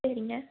சரிங்க